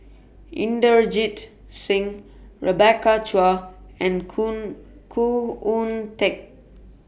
Inderjit Singh Rebecca Chua and Khoo Khoo Oon Teik